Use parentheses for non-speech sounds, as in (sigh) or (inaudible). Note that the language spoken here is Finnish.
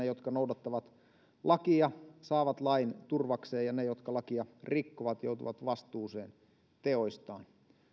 (unintelligible) jotka noudattavat lakia saavat lain turvakseen ja ne jotka lakia rikkovat joutuvat vastuuseen teoistaan